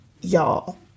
y'all